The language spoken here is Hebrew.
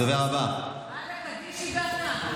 הדובר הבא,